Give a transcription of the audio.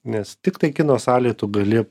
nes tiktai kino salėj tu gali